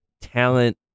talent